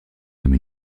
comme